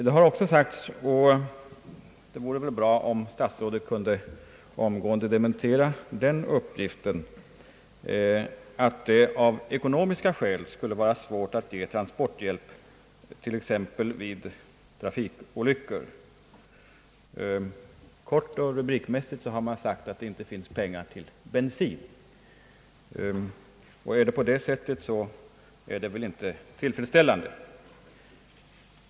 Det har å andra sidan sagts, och det vore bra om statsrådet omgående kunde dementera uppgiften, att det av ekonomiska skäl skulle vara svårt att ge transporthjälp, t.ex. vid trafikolyckor. Kort och rubrikmässigt har man sagt, att det inte finns pengar till bensin. Om det är så, så är det inte tillfredsställande.